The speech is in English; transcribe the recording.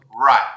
Right